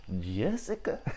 Jessica